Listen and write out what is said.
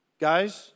Guys